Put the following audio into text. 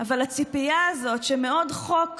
אבל הציפייה הזאת שמעוד חוק